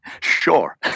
sure